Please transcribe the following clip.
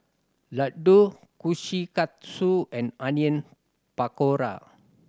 Ladoo Kushikatsu and Onion Pakora